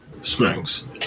Springs